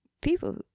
people